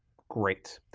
great.